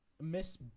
Miss